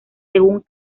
según